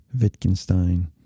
Wittgenstein